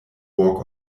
walk